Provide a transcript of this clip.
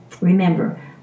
Remember